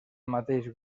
mateix